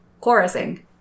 chorusing